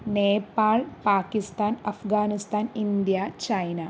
Nepal Pakistan Afghanistan India China